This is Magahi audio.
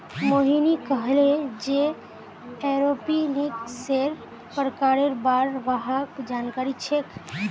मोहिनी कहले जे एरोपोनिक्सेर प्रकारेर बार वहाक जानकारी छेक